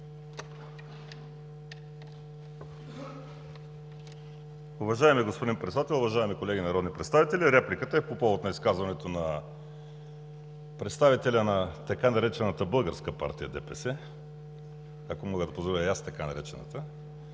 Уважаеми господин Председател, уважаеми колеги народни представители! Репликата е по повод на изказването на представителя на тъй наречената „Българска партия ДПС“, ако мога и аз да си позволя „така наречената“.